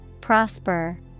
Prosper